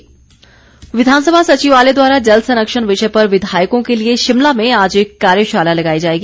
कार्यशाला विधानसभा सचिवालय द्वारा जल संरक्षण विषय पर विधायकों के लिए शिमला में आज एक कार्यशाला लगाई जाएगी